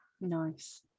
Nice